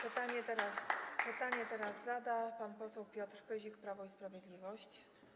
Pytanie teraz zada pan poseł Piotr Pyzik, Prawo i Sprawiedliwość.